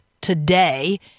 today